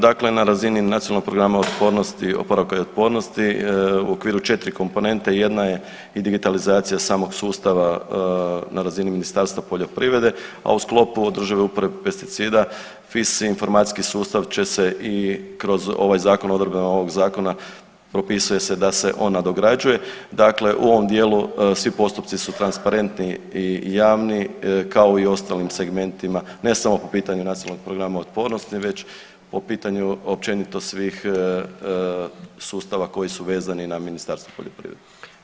Dakle, na razini Nacionalnog programa oporavka i otpornosti, u okviru 4 komponente, jedna je i digitalizacija samog sustava na razini Ministarstva poljoprivrede, a u sklopu održive uporabe pesticida, FIS informacijski sustav će se i kroz ovaj zakon, odredbama ovog zakona, propisuje se da se on nadograđuje, dakle u ovom djelu svi postupci su transparentni i javni kao i u ostalim segmentima, ne samo po pitanju Nacionalnog programa otpornosti, već po pitanju općenito svih sustava koji su vezani na Ministarstvo poljoprivrede.